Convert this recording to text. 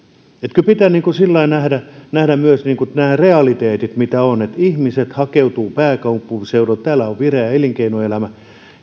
kyllä pitää sillä lailla nähdä myös nämä realiteetit mitkä ovat että ihmiset hakeutuvat pääkaupunkiseudulle täällä on vireä elinkeinoelämä